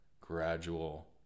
gradual